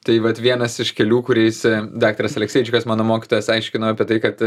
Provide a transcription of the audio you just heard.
tai vat vienas iš kelių kuriais daktaras alekseičikas mano mokytojas aiškino apie tai kad